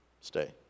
stay